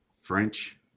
french